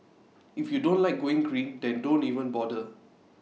if you don't like going green then don't even bother